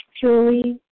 Julie